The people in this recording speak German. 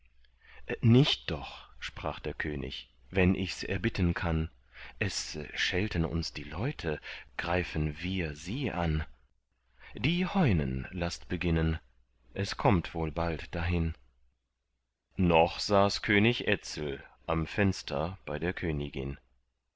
nicht doch sprach der könig wenn ichs erbitten kann es schelten uns die leute greifen wir sie an die heunen laßt beginnen es kommt wohl bald dahin noch saß könig etzel am fenster bei der königin